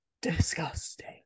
disgusting